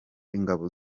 ingabo